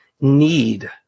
need